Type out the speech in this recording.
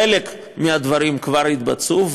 חלק מהדברים כבר התבצעו,